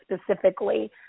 specifically